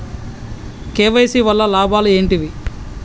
KYC వల్ల లాభాలు ఏంటివి?